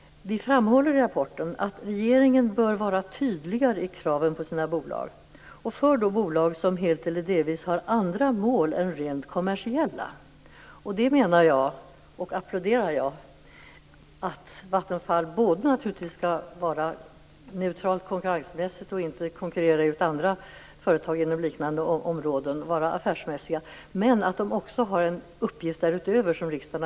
I rapporten framhåller vi att regeringen bör vara tydligare i kraven på sina bolag, bolag som helt eller delvis har andra mål än de rent kommersiella. Detta applåderar jag. Jag menar att Vattenfall naturligtvis skall vara neutralt konkurrensmässigt. Man skall inte konkurrera ut andra företag inom liknande områden. Man skall vara affärsmässig men därutöver har man en uppgift som man fått av riksdagen.